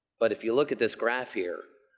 but if you look at this graph here,